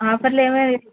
ఆఫర్లు ఏమైనా